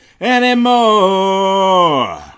anymore